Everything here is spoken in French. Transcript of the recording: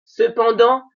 cependant